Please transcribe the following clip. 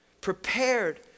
prepared